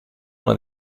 una